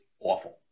awful